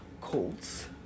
Colts